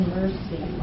mercy